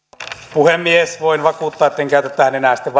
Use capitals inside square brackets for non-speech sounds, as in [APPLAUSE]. puhemies voin vakuuttaa että en käytä tähän enää sitten [UNINTELLIGIBLE]